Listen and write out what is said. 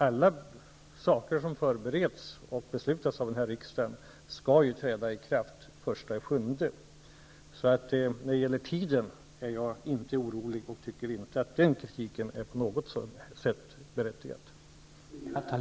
Alla åtgärder som förbereds och som beslutas i denna riksdag skall träda i kraft den 1 juli. När det gäller tiden är jag inte orolig, och jag tycker inte att kritiken på något sätt är berättigad.